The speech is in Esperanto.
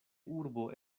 urbo